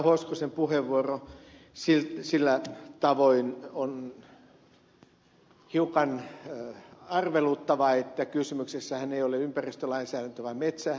hoskosen puheenvuoro sillä tavoin on hiukan arveluttava että kysymyksessähän ei ole ympäristölainsäädäntö vaan metsälaki